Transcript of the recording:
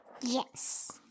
Yes